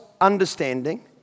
understanding